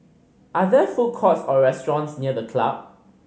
are there food courts or restaurants near The Club